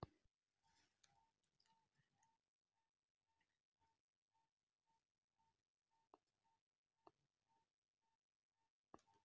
ಅರಣ್ಯನಾಶ ಅಂದ್ರ ಪ್ರಕೃತಿಯೊಳಗಿರೋ ಕಾಡುಗಳನ್ನ ಮನುಷ್ಯನ ಕೆಲಸಕ್ಕೋಸ್ಕರ ಮರಗಿಡಗಳನ್ನ ಕಡಿಯೋದಾಗೇತಿ